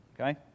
Okay